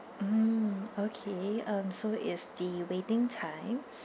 mm okay um so it's the waiting time